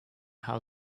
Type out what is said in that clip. how